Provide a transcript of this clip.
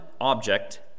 object